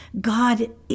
God